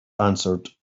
answered